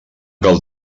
cal